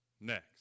next